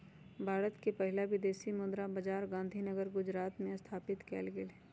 भारत के पहिला विदेशी मुद्रा बाजार गांधीनगर गुजरात में स्थापित कएल गेल हइ